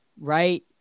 right